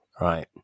right